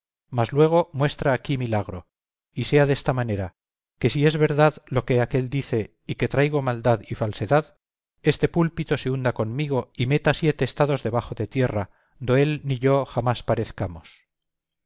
mas luego muestra aquí milagro y sea desta manera que si es verdad lo que aquél dice y que traigo maldad y falsedad este púlpito se hunda conmigo y meta siete estados debajo de tierra do él ni yo jamás parezcamos